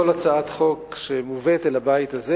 כל הצעת חוק שמובאת אל הבית הזה,